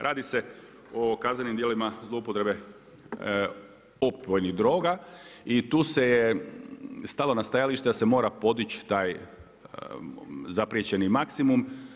Radi se o kaznenim djelima zloupotrebe opojnih droga i tu se je stalo na stajalište da se mora podići taj zapriječeni maksimum.